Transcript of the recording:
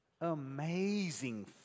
Amazing